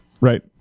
Right